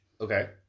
Okay